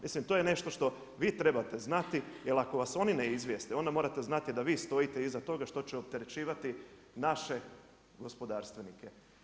Mislim to je nešto što vi trebate znati, jer ako vas oni ne izvijeste onda morate znati da vi stojite iza toga što će opterećivati naše gospodarstvenike.